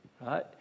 Right